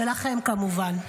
ולכם כמובן.